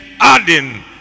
adding